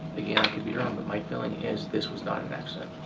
again, i could be wrong but my feeling is this was not an accident.